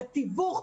בתיווך,